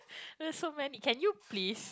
there's so many can you please